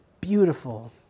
beautiful